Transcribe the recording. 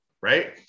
Right